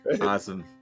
Awesome